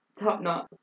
top-notch